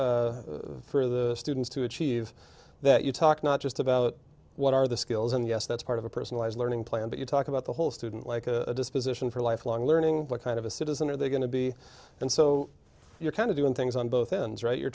e for the students to achieve that you talk not just about what are the skills and yes that's part of a personalized learning plan but you talk about the whole student like a disposition for lifelong learning what kind of a citizen are they going to be and so you're kind of doing things on both ends right you're